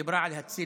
היא דיברה על צליאק,